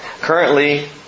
currently